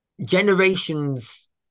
generations